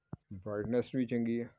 brightness ਵੀ ਚੰਗੀ ਹੈ